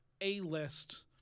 A-list